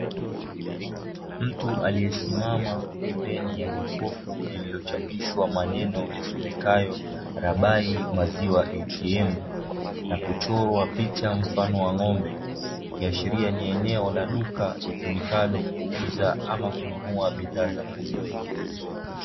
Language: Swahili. Mtu aliyesimama pembeni ya jokofu lililochapishwa maneno yasomekayo " Rabai maziwa ATM" na kuchorwa picha mfano wa ng'ombe, ikiashiria ni eneo la duka, litumikalo kuuza ama kununua bidhaa za maziwa.